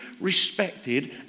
respected